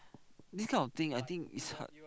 this kind of thing I think it's hard